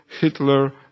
Hitler